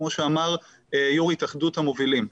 כמו שאמר יו"ר התאחדות המובילים.